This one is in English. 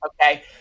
Okay